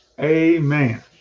amen